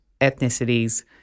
ethnicities